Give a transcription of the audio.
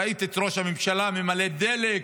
ראיתי את ראש הממשלה ממלא דלק,